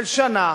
של שנה,